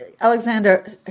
Alexander